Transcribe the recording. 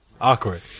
Awkward